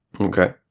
Okay